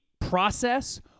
process